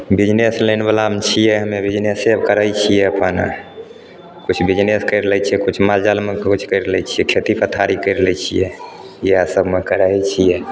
business line बलामे छियै हमे बिजनेसे करै छियै अपन किछु बिजनेस कैरि लै छियै किछु मालजालमे खोज कैरि लै छियै खेती पथारी कैरि लै छियै इएह सबमे करै छियै